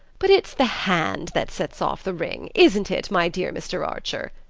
but it's the hand that sets off the ring, isn't it, my dear mr. archer?